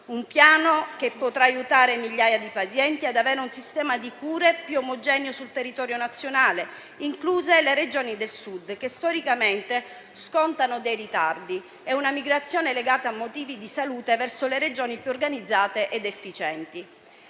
piano potrà aiutare migliaia di pazienti ad avere un sistema di cure più omogeneo sul territorio nazionale, incluse le Regioni del Sud, che storicamente scontano ritardi e una migrazione legata a motivi di salute verso le Regioni più organizzate ed efficienti.